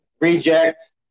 Reject